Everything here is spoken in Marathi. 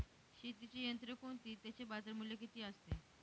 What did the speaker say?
शेतीची यंत्रे कोणती? त्याचे बाजारमूल्य किती असते?